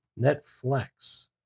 Netflix